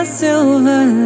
silver